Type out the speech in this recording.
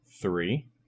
three